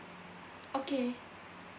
okay